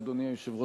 אדוני היושב-ראש,